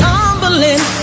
Tumbling